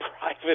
private